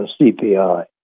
CPI